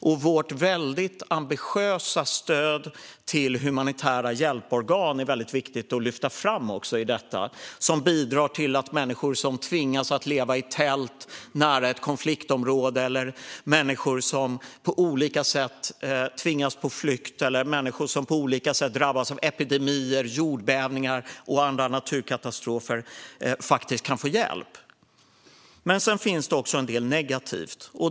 Det är viktigt att lyfta fram vårt ambitiösa stöd till humanitära hjälporgan. Det bidrar till att människor som tvingas att leva i tält nära ett konfliktområde eller människor som på olika sätt tvingas på flykt eller drabbas av epidemier, jordbävningar och andra naturkatastrofer kan få hjälp. Det finns dock också en del som är negativt.